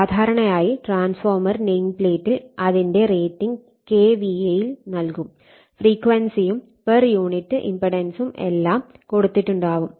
സാധാരണയായി ട്രാൻസ്ഫോർമർ നെയിംപ്ലേറ്റിൽ അതിന്റെ റേറ്റിങ് KVA യിൽ നൽകും ഫ്രീക്വൻസിയും പെർ യൂണിറ്റ് ഇംപെഡൻസും എല്ലാം കൊടുത്തിട്ടുണ്ടാവും